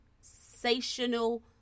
sensational